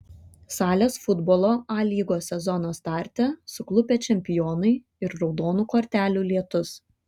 salės futbolo a lygos sezono starte suklupę čempionai ir raudonų kortelių lietus